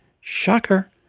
Shocker